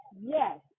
Yes